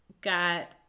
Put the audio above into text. got